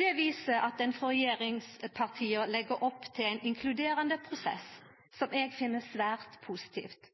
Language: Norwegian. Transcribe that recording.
Det viser at ein frå regjeringspartia legg opp til ein inkluderande prosess, som eg finn svært positivt.